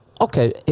okay